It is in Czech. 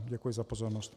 Děkuji za pozornost.